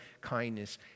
kindness